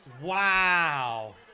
Wow